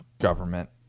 government